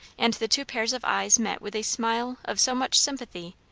and the two pairs of eyes met with a smile of so much sympathy,